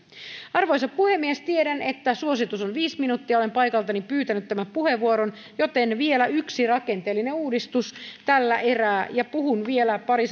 arvoisa puhemies tiedän että suositus on viisi minuuttia olen paikaltani pyytänyt tämän puheenvuoron joten vielä yksi rakenteellinen uudistus tällä erää ja puhun vielä pari